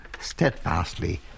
steadfastly